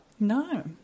No